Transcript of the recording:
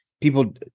people